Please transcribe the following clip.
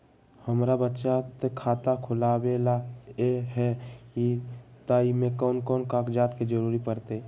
हमरा बचत खाता खुलावेला है त ए में कौन कौन कागजात के जरूरी परतई?